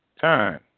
time